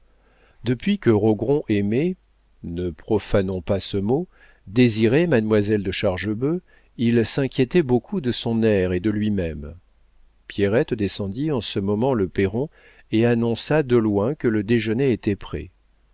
depuis que rogron aimait ne profanons pas ce mot désirait mademoiselle de chargebœuf il s'inquiétait beaucoup de son air et de lui-même pierrette descendit en ce moment le perron et annonça de loin que le déjeuner était prêt